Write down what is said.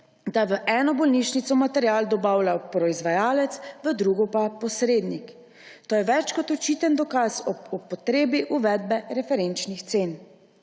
je v eno bolnišnico material dobavlja proizvajalec v drugo pa posrednik. To je več kot očiten dokaz o potrebi uvedbe referenčnih cen.